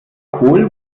kohl